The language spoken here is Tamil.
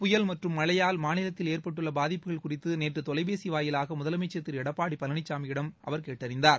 புயல் மற்றும் மழையால் மாநிலத்தில் ஏற்பட்டுள்ள பாதிப்புகள் குறிதது நேற்று தொலைபேசி வாயிலாக முதலமைச்சர் திரு எடப்பாடி பழனிசாமியிடம் நேற்று அவர் கேட்டறிந்தார்